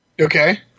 Okay